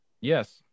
Yes